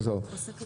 יש ועדה שעוסקת בזה.